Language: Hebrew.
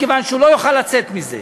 מכיוון שהוא לא יוכל לצאת מזה.